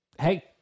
hey